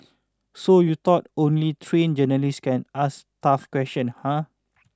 so you thought only trained journalists can ask tough question huh